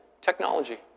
Technology